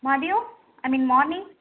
மதியம் I mean morning